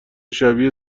شبیه